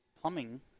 plumbing